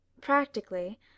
Practically